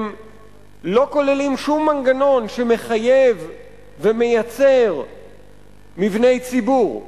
הם לא כוללים שום מנגנון שמחייב ומייצר מבני ציבור.